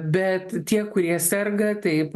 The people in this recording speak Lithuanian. bet tie kurie serga taip